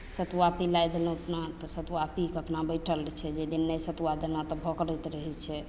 सतुआ पीलाय देलहुँ अपना तऽ सतुआ पीकऽ अपना बैठल रहय छै जाहि दिन नहि सतुआ देलहुँ तऽ भोकरैत रहय छै